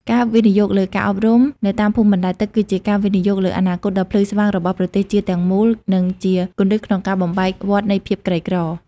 ការវិនិយោគលើការអប់រំនៅតាមភូមិបណ្តែតទឹក គឺជាការវិនិយោគលើអនាគតដ៏ភ្លឺស្វាងរបស់ប្រទេសជាតិទាំងមូល និងជាគន្លឹះក្នុងការបំបែកវដ្តនៃភាពក្រីក្រ។